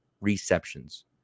receptions